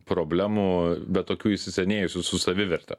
problemų bet tokių įsisenėjusių su saviverte